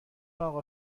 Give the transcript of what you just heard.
اقا